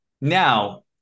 now